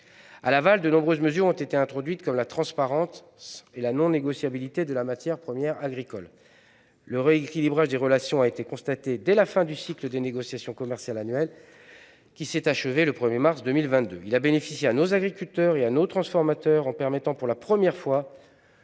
À l'aval, de nombreuses mesures ont été introduites, comme la transparence et la non-négociabilité de la matière première agricole. Le rééquilibrage des relations a été constaté dès la fin du cycle des négociations commerciales annuelles, qui s'est achevé le 1 mars 2022. Il a bénéficié à nos agriculteurs et à nos transformateurs, en permettant pour la première fois